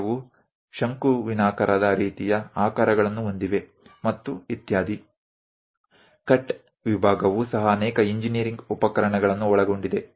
રોકેટનો sectional view રોકેટનો વિભાગીય કાપો કટ વિભાગ પણ ઘણા ઇજનેરી સાધનોનો સમાવેશ કરે છે